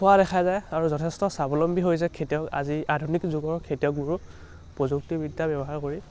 হোৱা দেখা যায় আৰু যথেষ্ট স্বাৱলম্বী হৈ যায় খেতিয়ক আজি আধুনিক যুগৰ খেতিয়কবোৰো প্ৰযুক্তিবিদ্যা ব্যৱহাৰ কৰি